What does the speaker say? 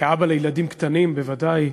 כאבא לילדים קטנים, בוודאי,